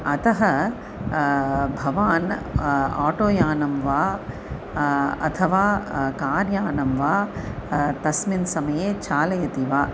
अतः भवान् आटोयानं वा अथवा कार्यानं वा तस्मिन् समये चालयति वा